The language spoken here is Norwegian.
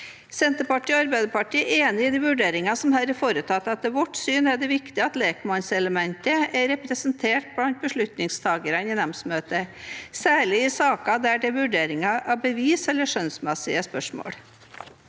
Senterpartiet og Arbeiderpartiet er enig i de vurderingene som her er foretatt. Etter vårt syn er det viktig at lekmannselementet er representert blant beslutningstakerne i nemndmøtet, særlig i saker der det er vurderinger av bevis eller skjønnsmessige spørsmål.